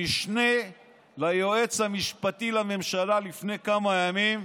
המשנה ליועץ המשפטי לממשלה, לפני כמה ימים,